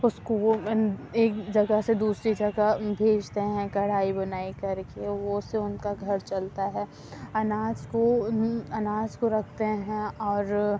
اُس کو وہ ایک جگہ سے دوسری جگہ بھیجتے ہیں کڑھائی بُنائی کر کے وہ اُس سے اُن کا گھر چلتا ہے اناج کو اناج کو رکھتے ہیں اور